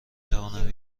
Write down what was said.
توانم